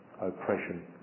oppression